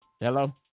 Hello